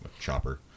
chopper